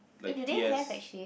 eh do they have actually